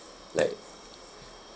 like